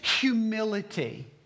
humility